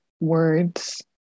words